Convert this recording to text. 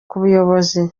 buyobozi